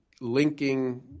linking